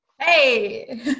Hey